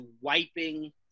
wiping